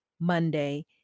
Monday